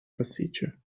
procedure